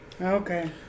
Okay